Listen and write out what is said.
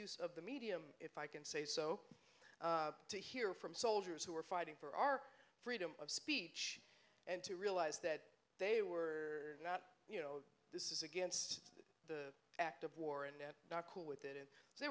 use of the medium if i can say so to hear from soldiers who are fighting for our freedom of speech and to realize that they were not you know this is against the act of war and not cool with the and they